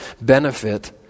benefit